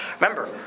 Remember